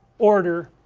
order